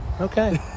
Okay